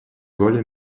wollen